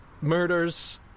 murders